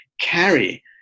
carry